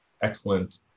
excellent